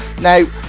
Now